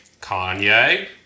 Kanye